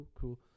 cool